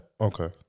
Okay